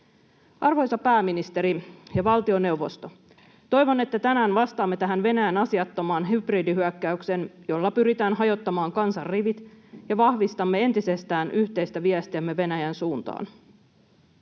Arvoisa pääministeri ja valtioneuvosto, toivon, että tänään vastaamme tähän Venäjän asiattomaan hybridihyökkäykseen, jolla pyritään hajottamaan kansan rivit, ja vahvistamme entisestään yhteistä viestiämme Venäjän suuntaan.